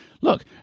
Look